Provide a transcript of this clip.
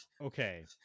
Okay